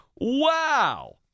Wow